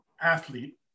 athlete